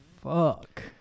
fuck